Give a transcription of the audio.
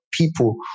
people